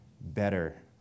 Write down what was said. better